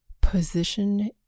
position